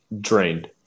Drained